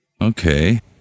Okay